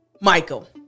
Michael